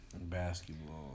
Basketball